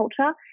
culture